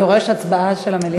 זה דורש הצבעה של המליאה?